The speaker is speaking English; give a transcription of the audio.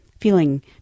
feeling